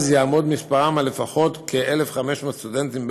אז יעמוד מספרם על לפחות כ-1,500 סטודנטים בדואים,